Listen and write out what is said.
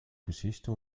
geschichte